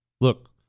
Look